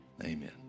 Amen